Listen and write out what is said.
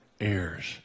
heirs